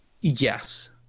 Yes